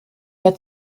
der